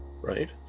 right